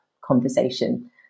conversation